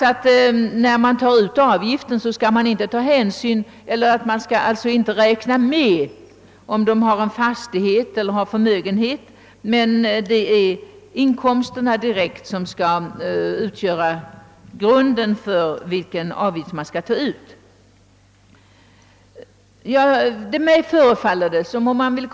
Det är de direkta inkomsterna som skall utgöra grunden för den avgift som skulle tas ut; om vederbörande har en fastighet eller förmögenhet skall dessa tillgångar inte tas med vid beräkningen.